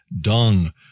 dung